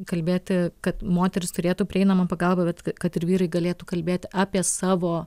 kalbėti kad moteris turėtų prieinamą pagalbą bet kad ir vyrai galėtų kalbėt apie savo